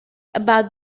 about